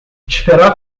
esperar